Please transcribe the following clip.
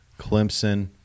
Clemson